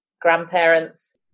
grandparents